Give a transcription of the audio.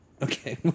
Okay